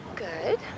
Good